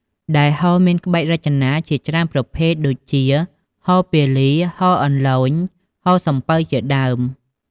ដែលហូលមានក្បាច់រចនាជាច្រើនប្រភេទ ដូចជាហូលពាលី ហូលអន្លូញ ហូលសំពៅ ជាដើម ។